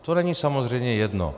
To není samozřejmě jedno.